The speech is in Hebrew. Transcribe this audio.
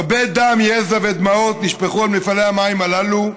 הרבה דם, יזע ודמעות נשפכו על מפעלי המים הללו.